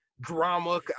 drama